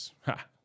Ha